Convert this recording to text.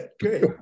great